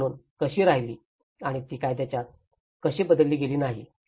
bill म्हणून कशी राहिली आणि ती कायद्यात कशी बदलली गेली नाही